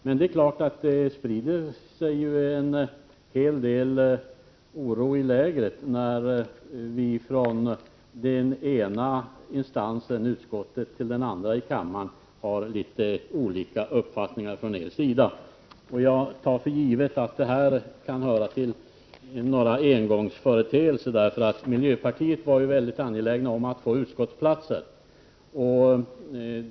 Men det sprider sig ju en hel del oro i lägret när nii den ena instansen — utskottet — har andra uppfattningar än i den andra — kammaren. Jag tar för givet att detta kan vara en engångsföreteelse, eftersom miljöpartisterna var väldigt angelägna om att få utskottsplatser.